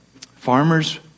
Farmers